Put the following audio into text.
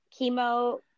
chemo